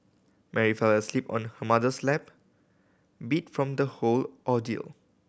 Mary fell asleep on her mother's lap beat from the whole ordeal